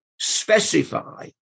specify